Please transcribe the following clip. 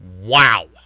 wow